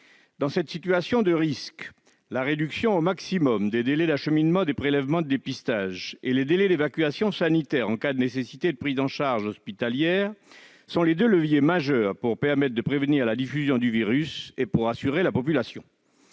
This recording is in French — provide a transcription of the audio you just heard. Dans cette situation de risque, la réduction au maximum des délais d'acheminement des prélèvements de dépistage et des délais d'évacuation sanitaire, en cas de nécessité de prise en charge hospitalière, sont les deux leviers majeurs pour permettre de prévenir la diffusion du virus et rassurer la population.